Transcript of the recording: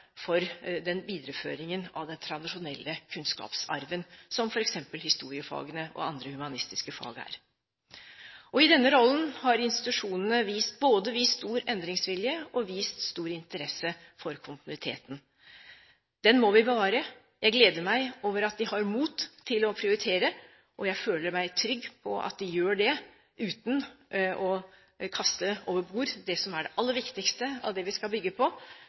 for den videreføringen av den tradisjonelle kunnskapsarven, som f.eks. historiefagene og andre humanistiske fag er. I denne rollen har institusjonene vist både stor endringsvilje og stor interesse for kontinuiteten. Den må vi bevare. Jeg gleder meg over at de har mot til å prioritere, og jeg føler meg trygg på at de gjør det – uten å kaste over bord det som er det aller viktigste av det vi skal bygge på.